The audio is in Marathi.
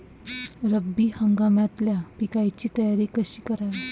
रब्बी हंगामातल्या पिकाइची तयारी कशी कराव?